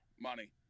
money